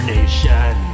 Nation